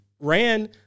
ran